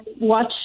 watch